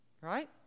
right